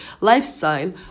lifestyle